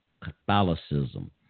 Catholicism